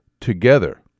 together